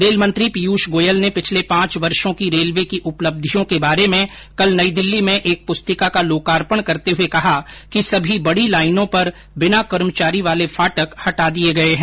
rail मंत्री पीयूष गोयल ने पिछले पांच वर्षो की रेलवे की उपलब्धियों के बारे में कल नई दिल्ली में एक पुस्तिका का लोकार्पण करते हुए कहा कि सभी बड़ी लाइनों पर बिना कर्मचारी वाले फाटक हटा दिये गये हैं